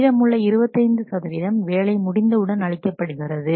மீதமுள்ள 25 சதவீதம் வேலை முடிந்தவுடன் அளிக்கப்படுகிறது